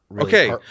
okay